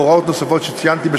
הוראות נוספות שציינתי,